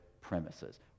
premises